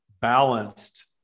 balanced